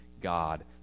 God